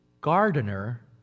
gardener